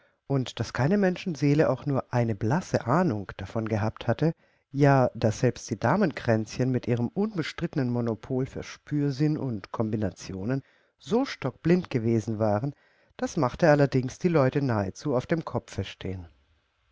und daß keine menschenseele auch nur eine blasse ahnung davon gehabt hatte ja daß selbst die damenkränzchen mit ihrem unbestrittenen monopol für spürsinn und kombinationen so stockblind gewesen waren das machte allerdings die leute nahezu auf dem kopfe stehen